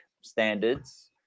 standards